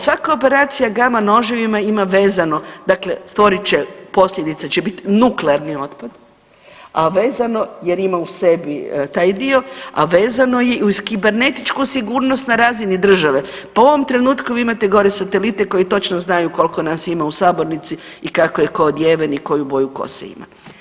Svaka operacija gama noževima ima vezano, dakle stvorit će, posljedica će bit nuklearni otpad, a vezano jer ima u sebi taj dio, a vezano je i uz kibernetičku sigurnost na razini državi, pa u ovom trenutku vi imate gore satelite koji točno znaju kolko nas ima u sabornici i kako je ko odjeven i koju boju kose ima.